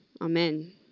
Amen